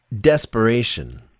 desperation